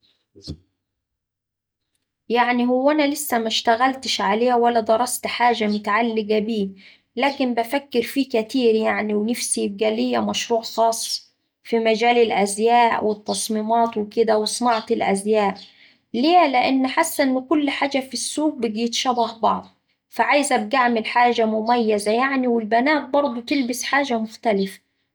يعني هو أنا لسا مشتغلتش عليه ولا درست حاجة متعلقة بيه، لكن بفكر فيه كتير يعني ونفسي يبقا ليا مشروع خاص في مجال الأزياء والتصميمات وكدا وصناعة الأزياء، ليه، لأن حاسة إن كل حاجة في السوق بقيت شبه بعض فعايزة أبقا أعمل حاجة مميزة يعني والبنات برضه تلبس حاجة مختلفة.